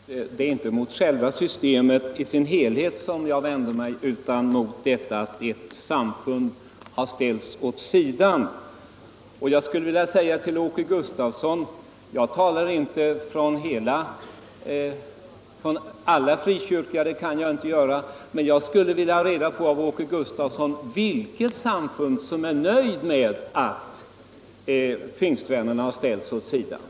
Herr talman! Det är inte mot själva systemet i dess helhet som jag vänder mig utan mot det faktum att ett samfund har ställts åt sidan. Jag talar inte för alla frikyrkliga organisationer — det kan jag inte göra - men jag skulle vilja ha reda på av Åke Gustavsson vilket samfund som är nöjt med att pingstvännerna har ställts åt sidan.